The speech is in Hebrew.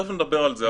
תכף נדבר על זה.